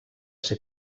ser